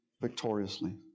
victoriously